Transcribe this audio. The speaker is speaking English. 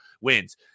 wins